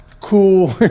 cool